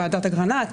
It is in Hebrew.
ועדת אגרנט,